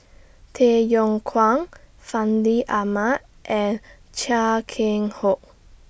Tay Yong Kwang Fandi Ahmad and Chia Keng Hock